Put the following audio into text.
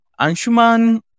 Anshuman